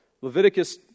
Leviticus